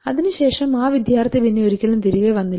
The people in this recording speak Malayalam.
അതിനുശേഷം ആ വിദ്യാർത്ഥി പിന്നെ ഒരിക്കലും തിരികെ വന്നില്ല